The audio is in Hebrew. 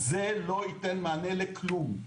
זה לא ייתן מענה לכלום,